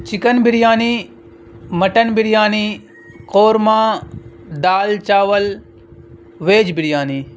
chicken biryani mutton biryani korma دال چاول veg biryani